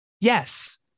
yes